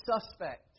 suspect